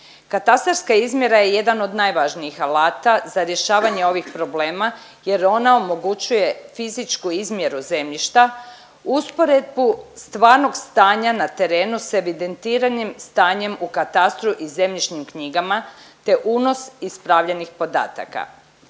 Katastarska izmjera je jedan od najvažnijih alata za rješavanje ovih problema jer ona omogućuje fizičku izmjeru zemljišta, usporedbu stvarnog stanja na terenu s evidentiranim stanjem u katastru i zemljišnim knjigama, te unos ispravljenih podataka.